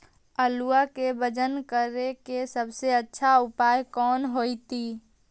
आलुआ के वजन करेके सबसे अच्छा उपाय कौन होतई?